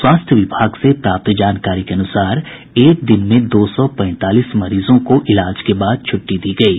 स्वास्थ्य विभाग से प्राप्त जानकारी के अनुसार एक दिन में दो सौ पैंतालीस मरीजों को इलाज के बाद छुट्टी दी गयी